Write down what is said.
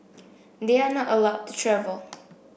they are not allowed to travel